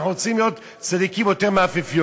אנחנו רוצים להיות צדיקים יותר מאפיפיורים.